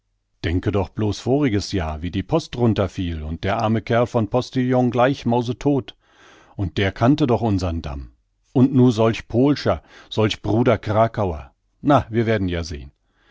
denke doch blos voriges jahr wie die post runter fiel und der arme kerl von postillon gleich mausetodt und der kannte doch unsern damm und nu solch pohlscher solch bruder krakauer na wir werden ja sehn